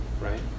Right